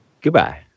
goodbye